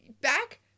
back